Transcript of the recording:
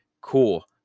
cool